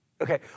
Okay